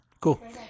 Cool